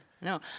No